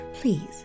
please